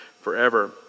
forever